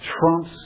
trumps